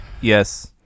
yes